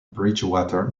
bridgewater